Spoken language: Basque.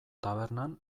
tabernan